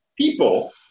people